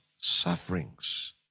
sufferings